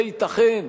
זה ייתכן?